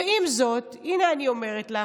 עם זאת, הינה אני אומרת לך,